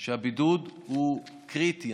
שהבידוד הוא קריטי.